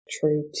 true